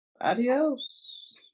Adios